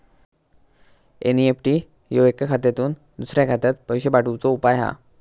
NEFT ह्यो एका खात्यातुन दुसऱ्या खात्यात पैशे पाठवुचो उपाय हा